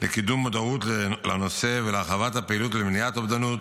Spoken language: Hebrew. לקידום מודעות לנושא ולהרחבת הפעילות למניעת אובדנות,